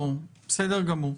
ברור, בסדר גמור.